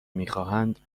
میخواهند